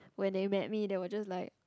when they met me they were just like